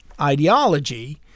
ideology